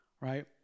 right